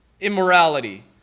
immorality